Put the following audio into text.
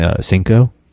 cinco